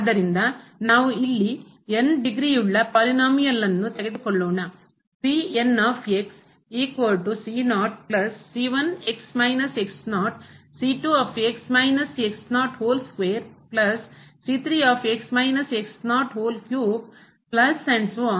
ಆದ್ದರಿಂದ ನಾವು ಇಲ್ಲಿ ಡಿಗ್ರಿ ಯುಳ್ಳ ಪದವಿಯನ್ನುಳ್ಳ ಪಾಲಿನೋಮಿಯಲ್ನ್ನು ಬಹುಪದವನ್ನು ತೆಗೆದುಕೊಳ್ಳೋಣ